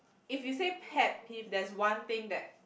if you say pet peeve there's one thing that